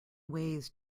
ways